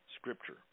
scripture